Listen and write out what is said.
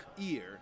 ear